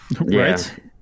Right